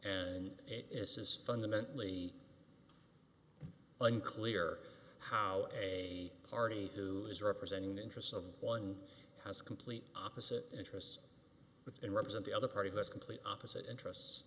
and it is fundamentally unclear how a party who is representing the interests of one has complete opposite interests with and represent the other party less complete opposite interest